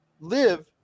live